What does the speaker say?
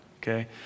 okay